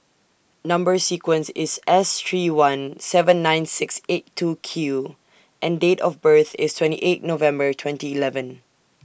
Number sequence IS S three one seven nine six eight two Q and Date of birth IS twenty eight November twenty eleven